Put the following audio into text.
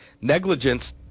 negligence